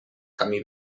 camí